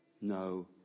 no